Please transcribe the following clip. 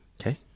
Okay